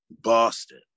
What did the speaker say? Boston